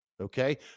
Okay